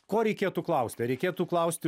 ko reikėtų klausti ar reikėtų klausti